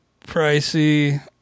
pricey